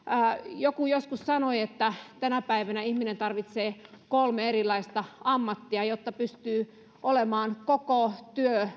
joku joskus sanoi että tänä päivänä ihminen tarvitsee kolme erilaista ammattia jotta pystyy olemaan koko